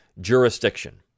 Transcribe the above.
jurisdiction